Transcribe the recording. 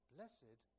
Blessed